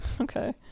Okay